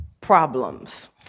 problems